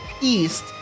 East